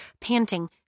panting